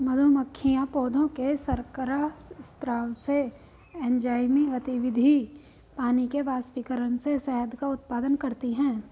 मधुमक्खियां पौधों के शर्करा स्राव से, एंजाइमी गतिविधि, पानी के वाष्पीकरण से शहद का उत्पादन करती हैं